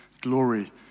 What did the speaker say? glory